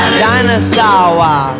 dinosaur